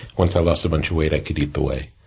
once i lost a bunch of weight, i could eat the whey.